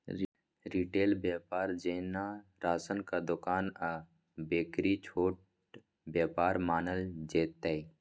retail बेपार जेना राशनक दोकान आ बेकरी छोट बेपार मानल जेतै